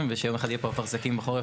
אפרסקים ושאם יום אחד יהיו פה אפרסקים בחורף,